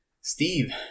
Steve